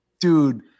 dude